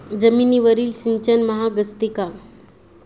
जमिनीवरील सिंचन महाग असते का?